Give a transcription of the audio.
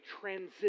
transition